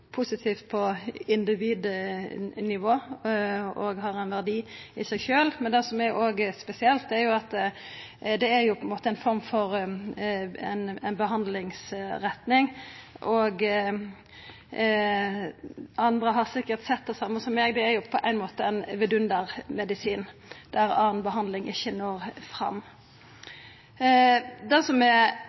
positivt på individnivå og har ein verdi i seg sjølv, men det som er spesielt, er at det er ei form for behandlingsretning. Andre har sikkert sett det same som eg; det er jo på ein måte ein vedundermedisin der anna behandling ikkje når fram. Det er